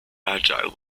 agile